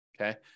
okay